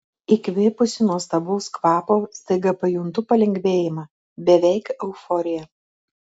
įkvėpusi nuostabaus kvapo staiga pajuntu palengvėjimą beveik euforiją